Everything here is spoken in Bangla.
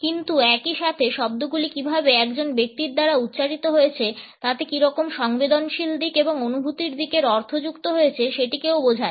কিন্তু একই সাথে শব্দগুলি কিভাবে একজন ব্যক্তির দ্বারা উচ্চারিত হয়েছে তাতে কিরকম সংবেদনশীল দিক এবং অনুভূতির দিকের অর্থ যুক্ত হয়েছে সেটিকেও বোঝায়